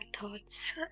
thoughts